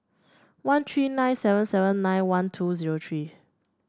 one three nine seven seven nine one two zero three